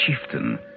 chieftain